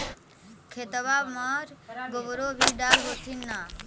खेतबा मर गोबरो भी डाल होथिन न?